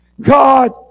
God